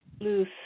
Loose